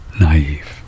naive